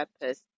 purpose